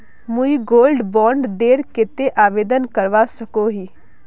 मुई gold bond डेर केते आवेदन करवा सकोहो ही?